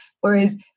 Whereas